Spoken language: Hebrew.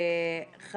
כפי שאמרתי.